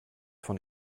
von